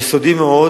יסודי מאוד,